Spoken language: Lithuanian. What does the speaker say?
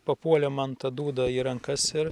papuolė man ta dūda į rankas ir